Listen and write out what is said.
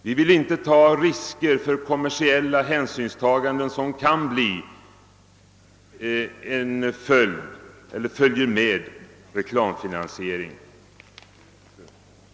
Vi vill inte ta de risker för kommersiella hänsynstaganden som följer med en reklamfinansiering.